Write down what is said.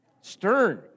Stern